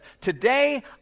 today